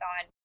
on